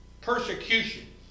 persecution